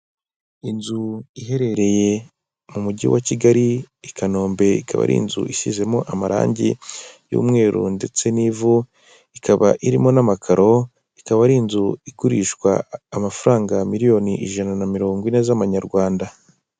Inzu iherereye mu mujyi wa Kigali i Kanombe ikaba ari inzu ishyizemo amarangi y'umweru ndetse n'ivu ikaba irimo n'amakaro ikaba ari inzu igurishwa amafaranga miliyoni ijana na mirongo ine z'amanyarwanda.